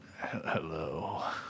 Hello